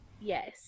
Yes